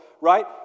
right